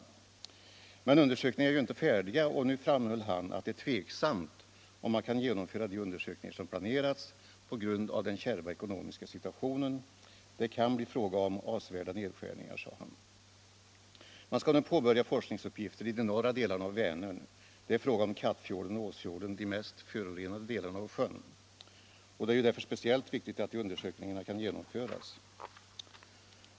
Undersökningarna är emellertid inte färdiga, och nu framhöll han att det är tveksamt om de kan genomföras som planerat på grund av den kärva ekonomiska situationen. Det kan bli fråga om avsevärda nedskärningar, sade han. Man skall nu påbörja forskningsuppgifter i de norra delarna av Vänern. Det är fråga om Kattfjorden, Åsfjorden, de mest förorenade delarna av sjön. Det är ju därför speciellt viktigt att de undersökningarna kan genomföras.